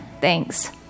Thanks